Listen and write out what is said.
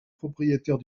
propriétaire